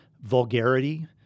vulgarity